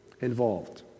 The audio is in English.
involved